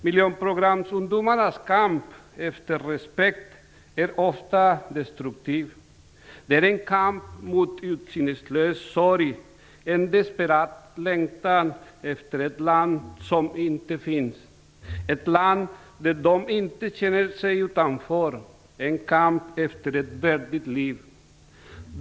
Miljonprogramsungdomarnas kamp för respekt är ofta destruktiv. Det är en kamp mot en utsiktslös sorg, en desperat längtan efter ett land som inte finns - ett land där de inte känner sig utanför, en kamp för ett värdigt liv.